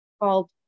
called